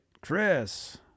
Chris